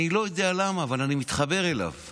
אני לא יודע למה, אבל אני מתחבר אליו.